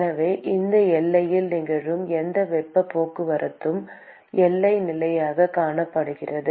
எனவே இந்த எல்லையில் நிகழும் எந்த வெப்பப் போக்குவரத்தும் எல்லை நிலையாகக் கணக்கிடப்படுகிறது